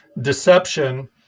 deception